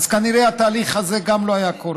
אז כנראה התהליך הזה גם לא היה קורה.